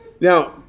Now